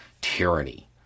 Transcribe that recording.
tyranny